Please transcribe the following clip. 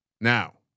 Now